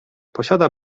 posiada